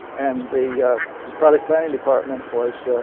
and the the product planning department was